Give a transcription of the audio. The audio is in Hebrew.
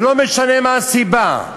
ולא משנה מה הסיבה,